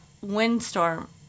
windstorm